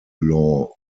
law